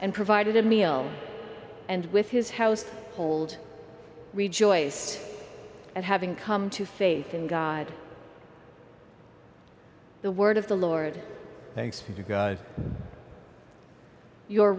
and provided a meal and with his house hold rejoiced at having come to faith in god the word of the lord thanks to god your